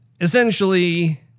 essentially